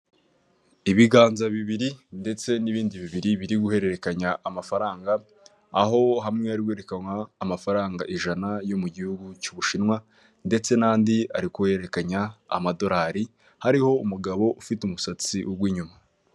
Ibiganza bibiri ndetse n'ibindi bibiri biri guhererekanya amafaranga, aho hamwe hari gererekanwa amafaranga ijana yo mu gihugu cy'Ubushinwa, ndetse n'andi ari guhererekanya Amadorari, hariho umugabo ufite umusatsi winyuma.